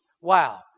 Wow